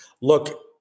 look